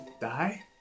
die